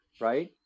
right